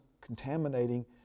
contaminating